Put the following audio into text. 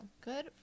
Good